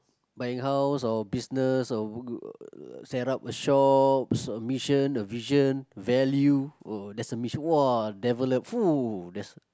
buying house or business or g~ set up a shops a mission a vision value there's a mission !wah! develop that's